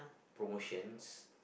promotions